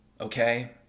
okay